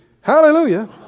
Hallelujah